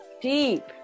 Deep